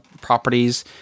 properties